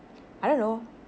I don't know